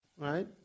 right